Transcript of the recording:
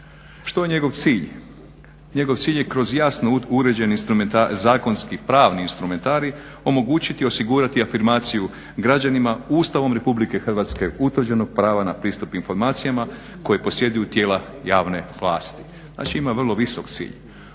Što je njegov cilj? Njegov cilj je kroz jasno uređen zakonski pravni instrumentarij omogućiti i osigurati afirmaciju građanima Ustavom RH utvrđenog prava na pristup informacijama koje posjeduju tijela javne vlasti. Znači, ima vrlo visok cilj.